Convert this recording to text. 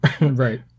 Right